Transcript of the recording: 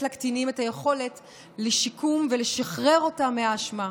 לקטינים את היכולת לשיקום ולשחרר אותם מהאשמה.